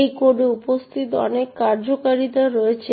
এই কোডে উপস্থিত অনেক কার্যকারিতা রয়েছে